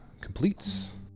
completes